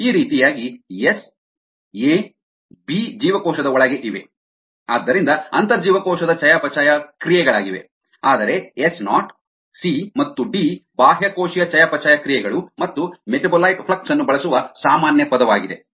ಈ ರೀತಿಯಾಗಿ S A B ಜೀವಕೋಶದ ಒಳಗೆ ಇವೆ ಆದ್ದರಿಂದ ಅಂತರ್ಜೀವಕೋಶದ ಚಯಾಪಚಯ ಕ್ರಿಯೆಗಳಾಗಿವೆ ಆದರೆ ಎಸ್ ನಾಟ್ ಸಿ ಮತ್ತು ಡಿ ಬಾಹ್ಯಕೋಶೀಯ ಚಯಾಪಚಯ ಕ್ರಿಯೆಗಳು ಮತ್ತು ಮೆಟಾಬೊಲೈಟ್ ಫ್ಲಕ್ಸ್ ಅನ್ನು ಬಳಸುವ ಸಾಮಾನ್ಯ ಪದವಾಗಿದೆ